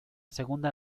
segunda